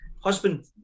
husband